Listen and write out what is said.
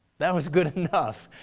that was good enough.